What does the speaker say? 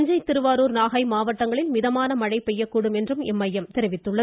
தஞ்சை திருவாரூர் நாகை மாவட்டங்களில் மிதமான மழை பெய்யக்கூடும் என்றும் இம்மையம் தெரிவித்துள்ளது